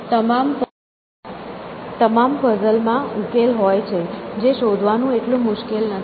તમામ પઝલ માં ઉકેલ હોય છે જે શોધવાનું એટલું મુશ્કેલ નથી